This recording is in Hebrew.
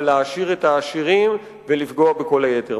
של להעשיר את העשירים ולפגוע בכל היתר.